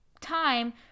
time